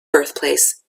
birthplace